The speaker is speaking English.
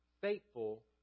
Faithful